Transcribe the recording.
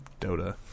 Dota